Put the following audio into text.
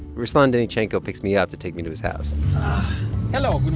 ruslan denychenko picks me up to take me to his house and um and